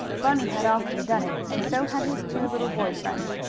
bunny had often done it, and so had his two little boy friends.